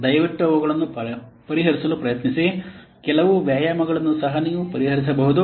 ದಯವಿಟ್ಟು ಅವುಗಳನ್ನು ಪರಿಹರಿಸಲು ಪ್ರಯತ್ನಿಸಿ ಕೆಲವು ವ್ಯಾಯಾಮಗಳನ್ನು ಸಹ ನೀವು ಪರಿಹರಿಸಬಹುದು